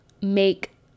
make